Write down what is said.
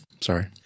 Sorry